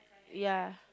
ya